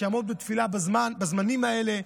שעמו בתפילה בזמנים האלה.